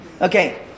Okay